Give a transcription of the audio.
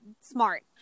smart